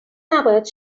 نباید